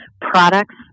products